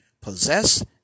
possess